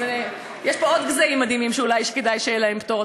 אז יש פה עוד גזעים מדהימים שאולי כדאי שיהיה להם פטור,